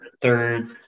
third